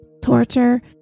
torture